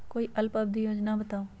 कोई अल्प अवधि योजना बताऊ?